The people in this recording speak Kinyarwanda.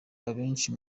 abenshi